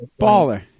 baller